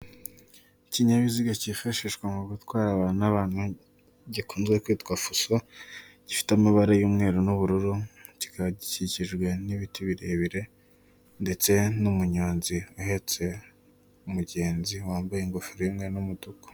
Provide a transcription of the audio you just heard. Ikinyabiziga cyifashishwa mu gutwara abantu n'abantu gikunze kwitwa fuso; gifite amabara y'umweru n'ubururu; kikaba gikikijwe n'ibiti birebire ndetse n'umunyonzi uhetse umugenzi; wambaye ingofero y'umweru n'umutuku.